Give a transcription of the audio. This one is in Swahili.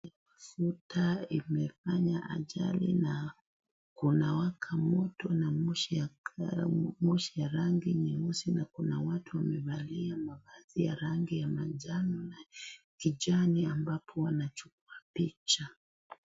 Gari ya mafuta imefanya ajali na kunawaka moto na moshi ya rangi nyeusi ,na kuna watu wamevalia ,mavazi ya rangi ya manjano na kijani ambapo wanachukua picha.